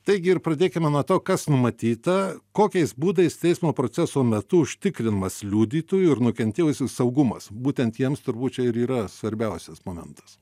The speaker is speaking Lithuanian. taigi ir pradėkime nuo to kas numatyta kokiais būdais teismo proceso metu užtikrinamas liudytojų ir nukentėjusiųjų saugumas būtent jiems turbūt čia ir yra svarbiausias momentas